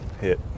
hit